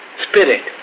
spirit